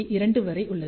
2 வரை உள்ளது